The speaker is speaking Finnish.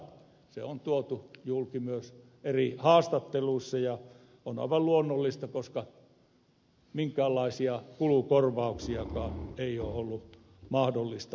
se on tuotu julki myös eri haastatteluissa ja on aivan luonnollista koska minkäänlaisia kulukorvauksiakaan ei ole ollut mahdollista saada